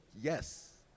Yes